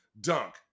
dunk